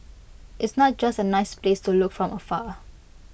it's not just A nice place to look from afar